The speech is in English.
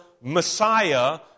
Messiah